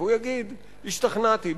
והוא יגיד: השתכנעתי,